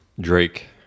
Drake